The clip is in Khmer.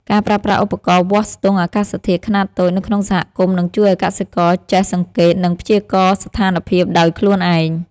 ការប្រើប្រាស់ឧបករណ៍វាស់ស្ទង់អាកាសធាតុខ្នាតតូចនៅក្នុងសហគមន៍នឹងជួយឱ្យកសិករចេះសង្កេត និងព្យាករណ៍ស្ថានភាពដោយខ្លួនឯង។